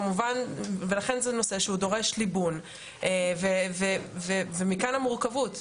ולכן זה נושא שהוא דורש ליבון ומכאן המורכבות.